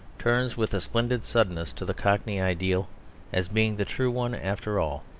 turns with a splendid suddenness to the cockney ideal as being the true one after all.